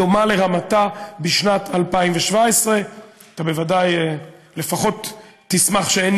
דומה לרמתה בשנת 2017. אתה בוודאי לפחות תשמח שאין